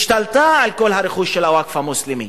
השתלטה על כל הרכוש של הווקף המוסלמי,